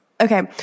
Okay